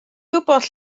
gwybod